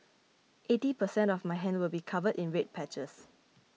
eighty percent of my hand will be covered in red patches